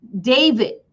David